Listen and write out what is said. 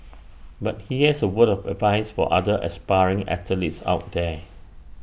but he has A word of advice for other aspiring athletes out there